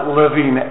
living